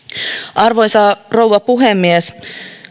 arvoisa rouva puhemies